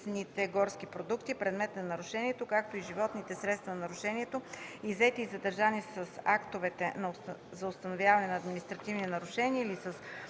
недървесните горски продукти – предмет на нарушението, както и животните – средство на нарушението, иззети и задържани с актовете за установяване на административни нарушения или с